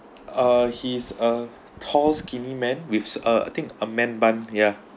uh he's a tall skinny man with a uh I think a man bun ya